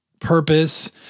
purpose